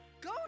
go